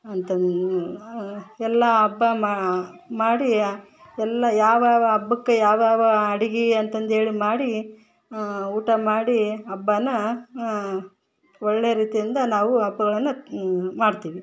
ಅಂತಂದು ಎಲ್ಲ ಹಬ್ಬ ಮಾಡಿ ಎಲ್ಲ ಯಾವ್ಯಾವ ಹಬ್ಬಕ್ಕೆ ಯಾವ್ಯಾವ ಅಡಿಗೆ ಅಂತಂದೇಳಿ ಮಾಡಿ ಊಟ ಮಾಡಿ ಹಬ್ಬನ ಒಳ್ಳೆಯ ರೀತಿಯಿಂದ ನಾವು ಹಬ್ಬಗಳನ್ನ ಮಾಡ್ತೀವಿ